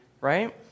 right